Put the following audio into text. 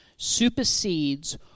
supersedes